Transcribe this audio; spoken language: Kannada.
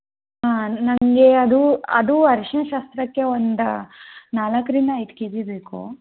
ನನಗೆ ಅದು ಅದು ಅರ್ಶ್ಣದ ಶಾಸ್ತ್ರಕ್ಕೆ ಒಂದು ನಾಲ್ಕರಿಂದ ಐದು ಕೆ ಜಿ ಬೇಕು